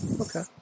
Okay